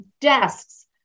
desks